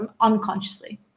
unconsciously